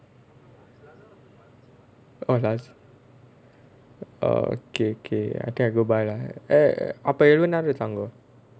oh nice oh okay okay I think I go buy lah eh அப்போ எவ்ளோ நேரம் தங்குவ:appo evlo neram thanguva